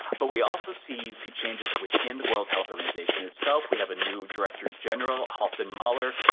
but we also see see changes within the world health organisation itself, we have a new director general, halfdan mahler,